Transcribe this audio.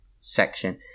section